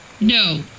No